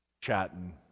chatting